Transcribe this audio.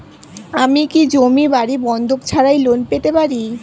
আমি কি জমি বাড়ি বন্ধক ছাড়াই লোন পেতে পারি?